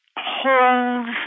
holds